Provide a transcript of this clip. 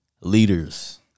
leaders